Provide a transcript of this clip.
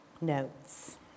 notes